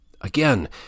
Again